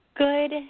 Good